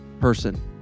person